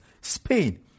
Spain